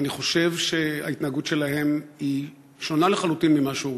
אני חושב שההתנהגות שלהם שונה לחלוטין ממה שהורגלנו,